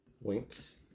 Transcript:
Winks